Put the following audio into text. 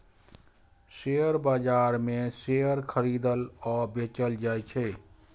share बाजार मे share खरीदल आ बेचल जाइ छै